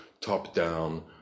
top-down